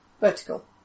Vertical